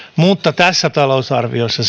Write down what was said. mutta tässä talousarviossa